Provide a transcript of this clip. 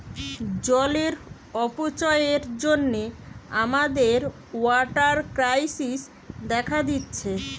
জলের অপচয়ের জন্যে আমাদের ওয়াটার ক্রাইসিস দেখা দিচ্ছে